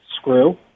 Screw